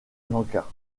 lanka